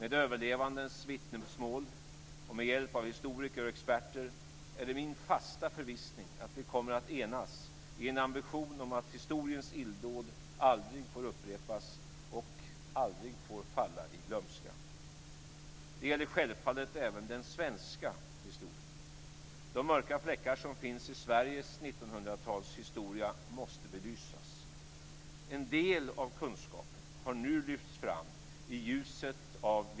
Med överlevandens vittnesmål och med hjälp av historiker och experter är det min fasta förvissning att vi kommer att enas i en ambition om att historiens illdåd aldrig får upprepas och aldrig får falla i glömska. Det gäller självfallet även den svenska historien.